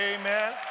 Amen